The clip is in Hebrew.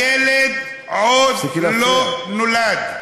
הילד עוד לא נולד.